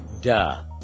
Duh